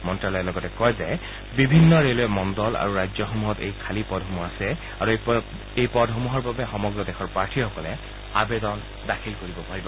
মন্ত্যালয়ে লগতে কয় যে পৃথক ৰে'লৱে মণ্ডল আৰু ৰাজ্যসমূহত এই খালী পদ সমূহ আছে আৰু এই পদসমূহৰ বাবে সমগ্ৰ দেশৰ প্ৰাৰ্থীসকলে আৱেদন জনাব পাৰিব